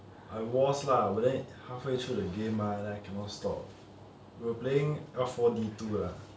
I was lah but then halfway through the game mah then I cannot stop we were playing L four D two lah we were playing L four D two lah